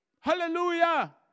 Hallelujah